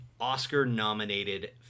Oscar-nominated